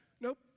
Nope